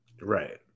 Right